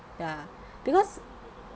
ya because